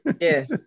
Yes